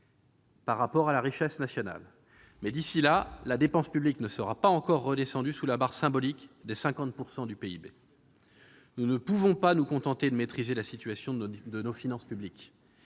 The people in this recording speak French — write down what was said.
par rapport à la richesse nationale. D'ici là, la dépense publique ne sera pas encore redescendue sous la barre symbolique des 50 % du PIB. Nous ne pouvons pas nous contenter de maîtriser la situation de nos finances publiques.